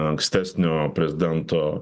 ankstesnio prezidento